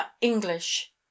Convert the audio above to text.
English